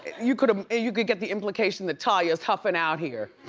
you could ah you could get the implication that talia's huffing out here.